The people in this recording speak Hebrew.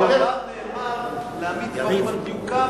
על כך נאמר "להעמיד דברים על דיוקם",